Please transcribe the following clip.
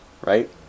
Right